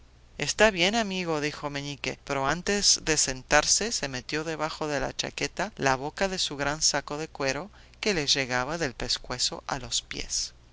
está bien amigo dijo meñique pero antes de sentarse se metió debajo de la chaqueta la boca de su gran saco de cuero que le llegaba del pescuezo a los pies